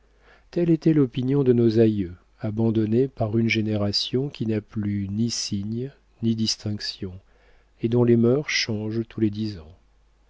telle était l'opinion de nos aïeux abandonnée par une génération qui n'a plus ni signes ni distinctions et dont les mœurs changent tous les dix ans